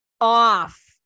off